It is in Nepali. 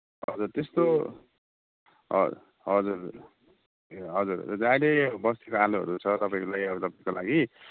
हजुर त्यस्तो ह हजुर हजुर अहिले बस्तीको आलुहरू छ तपाईँको लागि अहिलेको लागि